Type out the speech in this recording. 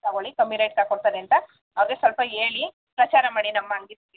ತಗೋಳಿ ಕಮ್ಮಿ ರೇಟ್ಗೆ ಹಾಕ್ಕೊಡ್ತಾರೆ ಅಂತ ಅದು ಸ್ವಲ್ಪ ಹೇಳಿ ಪ್ರಚಾರ ಮಾಡಿ ನಮ್ಮ ಅಂಗಡಿ ಬಗ್ಗೆ